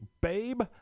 babe